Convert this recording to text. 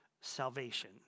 salvation